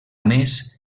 més